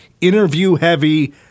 interview-heavy